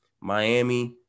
Miami